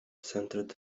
centred